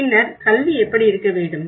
பின்னர் கல்வி எப்படி இருக்க வேண்டும்